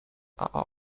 album